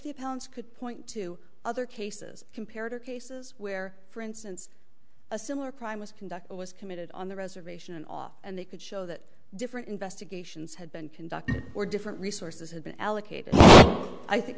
the parents could point to other cases comparative cases where for instance a similar crime was conducted was committed on the reservation and off and they could show that different investigations had been conducted or different resources had been allocated i think